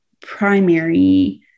primary